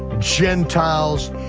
gentiles,